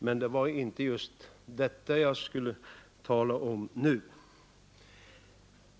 Men det var inte detta jag skulle tala om nu.